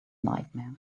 nightmare